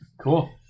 Cool